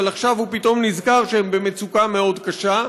אבל עכשיו הוא פתאום נזכר שהם במצוקה קשה מאוד,